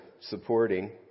supporting